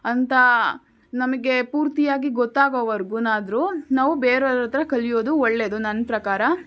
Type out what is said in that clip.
ಅಂತ ನಮಗೆ ಪೂರ್ತಿಯಾಗಿ ಗೊತ್ತಾಗೋವರೆಗೆನಾದ್ರೂ ನಾವು ಬೇರೆಯವರತ್ರ ಕಲಿಯೋದು ಒಳ್ಳೆಯದು ನನ್ನ ಪ್ರಕಾರ